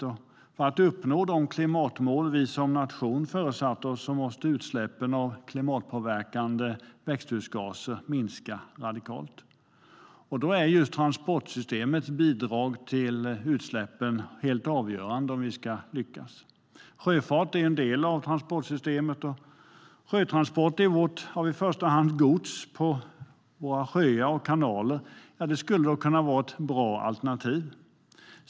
För att uppnå de klimatmål vi som nation föresatt oss måste vi minska utsläppen av klimatpåverkande växthusgaser radikalt. Just transportsystemets bidrag till utsläppen är helt avgörande om vi ska lyckas, och sjöfart är ju en del av transportsystemet. Sjötransport av i första hand gods på våra sjöar och kanaler skulle kunna vara ett bra alternativ.